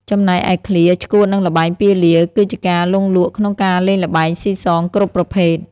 ចំណែកឯឃ្លា ឆ្កួតនិងល្បែងពាលា គឺជាការលង់លក់ក្នុងការលេងល្បែងស៊ីសងគ្រប់ប្រភេទ។